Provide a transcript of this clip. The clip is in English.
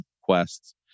quests